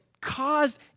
caused